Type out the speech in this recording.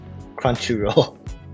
Crunchyroll